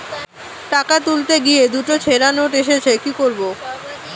টাকা তুলতে গিয়ে দুটো ছেড়া নোট এসেছে কি করবো?